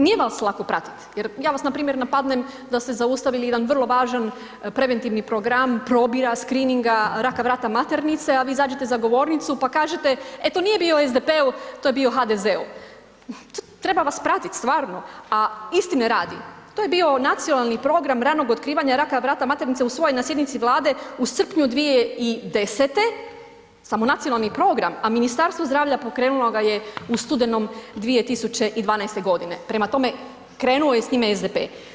Nije vas lako pratit jer ja vas npr. napadnem da ste zaustavili jedan vrlo važan preventivni program probira, skrininga, raka vrata maternice, a vi zađete za govornicu pa kažete e, to nije bio u SDP-u, to je bio u HDZ-u, treba vas pratit stvarno, a istine radi, to je bio nacionalni program ranog otkrivanja raka vrata maternice usvojen na sjednici Vlade u srpnju 2010., samo nacionalni program, a Ministarstvo zdravlja pokrenulo ga je u studenom 2012.g., prema tome krenuo je s time SDP.